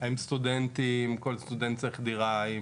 האם סטודנטים, כל סטודנט צריך דירה?